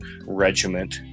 regiment